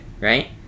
right